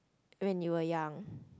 when you were young